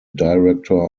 director